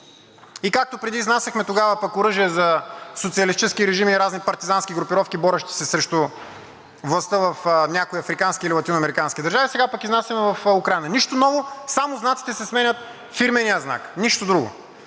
и както преди изнасяхме тогава оръжие за социалистически режими и разни партизански групировки, борещи се срещу властта в някоя африканска или латиноамериканска държава, сега пък изнасяме в Украйна. Нищо ново, само знаците се сменят – фирменият знак, нищо друго.